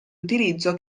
utilizzo